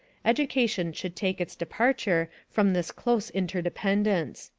education should take its departure from this close interdependence.